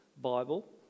Bible